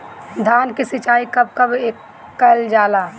धान के सिचाई कब कब कएल जाला?